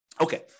Okay